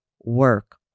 work